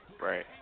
Right